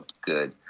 good